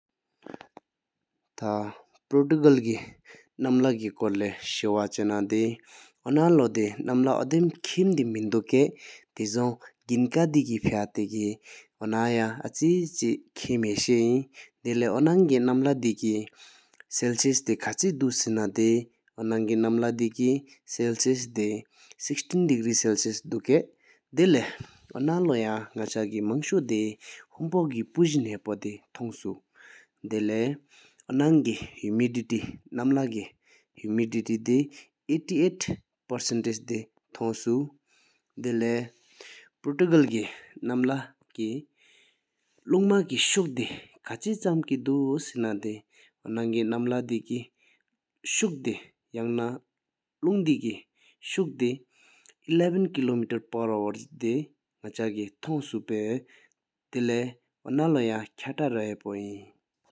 ཐ་ ཕོར་ཀྴཱལ ཀེ ནམ ལྷ་གི སྐོར་ལོ་ཤུ་བ་ཆ་ན་དེོ་ན་ལོ་དེ་ནམ་ལྷ་འོ་དམ་ཁིམ་དེ་མིན་དུ་ཀེ་དན་སོང་གིང་ཀ་དེ་དཀེ་ཕ་ཏེ་གི་འོ་ན་ཡང་ཨ་ཙི་ཕྱེ་ཁིམ་ཧ་ཤའི། དེ་ལེགསའོ་ནང་ཀིང་ནམ་ལྷ་དེ་སེལཪིཀིཫཱསྲིསྲས་དེ་ཁ་ཆེ་དུ་སེ་ན་དེའོ་ནང་གྱི་ནམ་ལྷ་ཀེསེལེསིསིས་དེ་སིཏི་ཏེན་དི་ཀསེལེསིསིས་དི དུཀསེ་རི། དེ་ལེགསའོ་ན་ལོ་ཡང་ནིང་ཆ་ཀེ་མང་ཤུ་དེ་ཧུམ་པོ་སྐེ་ཕུ་ཀི་ཕུ་ཟིང་ཧ་ཕོ་དེ་ཐོང་ཤུ། དེ་ལེགསའོ་ནང་གྱི་སེ཭ིན་སེཽོུྷིཏིིསི ནམ་ལྷ་དགི་ནམ་ལྷ་འོ་དེ་ཁུ་དྲི་རྒྱུས༔ ༨༨ པུ་རིསི་རྒྱས་ཀྱིལ། དེ་ལེཡགས་ཀེཌ་ནིངས་དང་སྟོང་པོ་ཤཱ་འོ་ཀཱལ་ཇིོ་སྐྱེ་འོ་ཡ་བྷིོ་ཙྲྀག་གིི་སྐོ་སྐྱེདྦོ་ཀྱུ་ནའི་ཏིའེ་ནིིོ་དོ་ཧོི་སྐི་འོ་འདོན་ནགྷམ་ཏོ་ཀྱེ་སྤ་ཏཇ་ཌཾོ་མི་ཤྲིཷསྙསྦྲཆི་ནམ་ཐང་བྲམས་དགེ་ཆ་ཡིཇ་ཡ་ནིཨཔ། དེ་ལེགསའོ་ན་ལོ་ཡང་ཁ་ཏ་ར་ཧ་པོ་ཟིིཾ་གས།